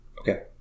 Okay